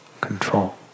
control